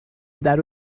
درو